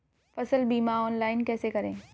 फसल बीमा ऑनलाइन कैसे करें?